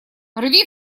рви